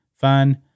Fine